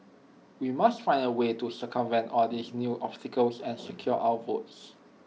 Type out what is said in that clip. we must find A way to circumvent all these new obstacles and secure our votes